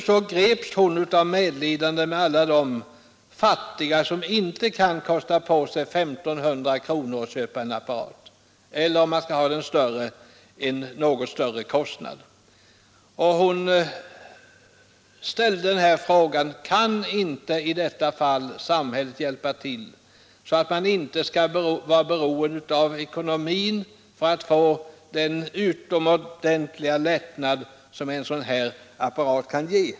Hon greps av medlidande med alla de fattiga som inte kan lägga ut I 500 kronor för att inköpa en apparat eller — om man skall ha den större modellen — en något högre summa. Hon ställde frågan: Kan inte samhället hjälpa till i detta fall, så att man inte skall vara beroende av ekonomin för att få den utomordentliga lättnad som en sådan här apparat kan ge?